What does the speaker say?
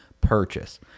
purchase